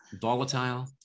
volatile